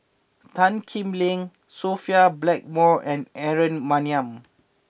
Tan Kim Seng Sophia Blackmore and Aaron Maniam